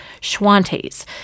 Schwantes